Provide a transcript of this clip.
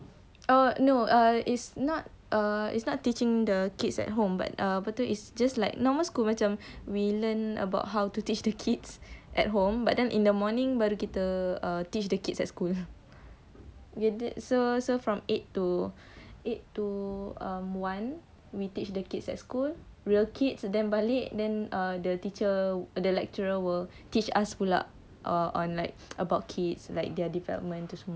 oh no uh it's not uh teaching the kids at home but err apa itu it's just like normal school macam we learn about how to teach the kids at home but then in the morning baru kita teach the kids at school get it so from eight to eight two um one we teach the kids at school real kids then balik then err the teacher that lecturer will teach us pula on like about kid